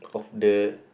the